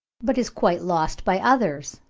but is quite lost by others,